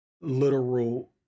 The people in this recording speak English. literal